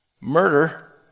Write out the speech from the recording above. murder